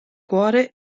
cuore